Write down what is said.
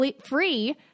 Free